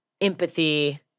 empathy